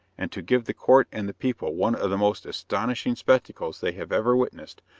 and to give the court and the people one of the most astonishing spectacles they have ever witnessed,